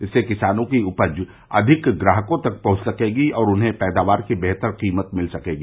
इससे किसानों की उपज अधिक ग्राहकों तक पहुंच सकेगी और उन्हें पैदावार की बेहतर कीमत मिल सकेगी